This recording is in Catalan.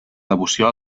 devoció